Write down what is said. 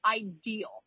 ideal